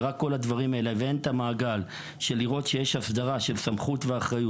אבל אין מעגל כדי לראות שיש אסדרה של סמכות ואחריות